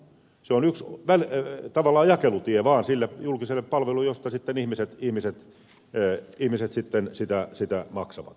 se on tavallaan vain jakelutie sille julkiselle palvelulle josta ihmiset sitten maksavat